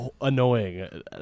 annoying